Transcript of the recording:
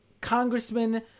Congressman